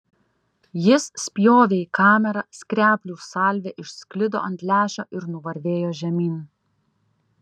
jis spjovė į kamerą skreplių salvė išsklido ant lęšio ir nuvarvėjo žemyn